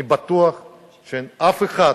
אני בטוח שאין אף אחד,